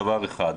זה דבר אחד.